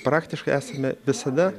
praktiškai esame visada